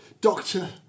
doctor